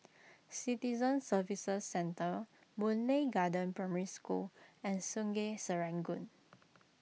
Citizen Services Centre Boon Lay Garden Primary School and Sungei Serangoon